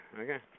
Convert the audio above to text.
Okay